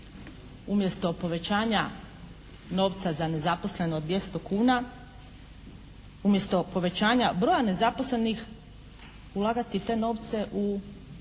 umjesto povećanja novca za nezaposlene 200 kuna, umjesto povećanja broja nezaposlenih ulagati te novce u